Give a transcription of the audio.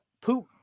poop